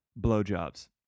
blowjobs